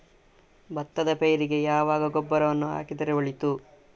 ಭತ್ತದ ಪೈರಿಗೆ ಯಾವಾಗ ಗೊಬ್ಬರವನ್ನು ಹಾಕಿದರೆ ಒಳಿತು?